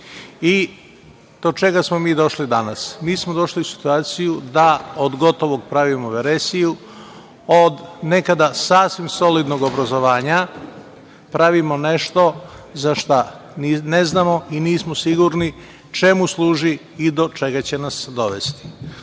čega smo mi došli danas? Mi smo došli u situaciju da od gotovog pravimo veresiju, od nekada sasvim solidnog obrazovanja pravimo nešto za šta ne znamo i nismo sigurni čemu služi i do čega će nas dovesti.